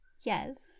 yes